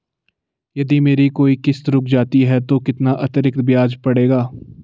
यदि मेरी कोई किश्त रुक जाती है तो कितना अतरिक्त ब्याज पड़ेगा?